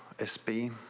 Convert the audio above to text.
espy.